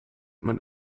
man